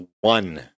one